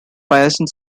bayesian